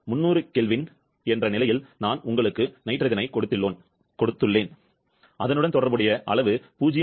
300 K என்ற நிலையில் நான் உங்களுக்கு நைட்ரஜனைக் கொடுத்துள்ளேன் அதனுடன் தொடர்புடைய அளவு 0